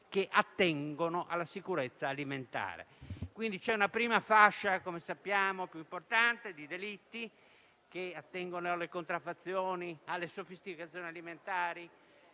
che attengono alla sicurezza alimentare. Come sappiamo, c'è una prima fascia più importante di delitti che attengono alle contraffazioni e alle sofisticazioni alimentari